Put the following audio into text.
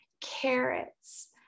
carrots